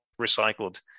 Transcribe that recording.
recycled